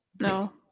no